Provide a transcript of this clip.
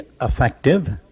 effective